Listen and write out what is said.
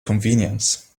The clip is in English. convenience